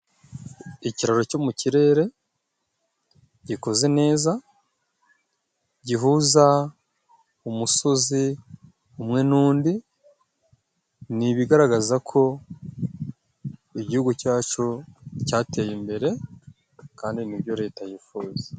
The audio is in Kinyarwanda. Ikiraro cyo mu kirere gikoze neza gihuza umusozi umwe n'undi. Nibigaragaza ko igihugu cyacu cyateye imbere, kandi nibyo Leta yifuza.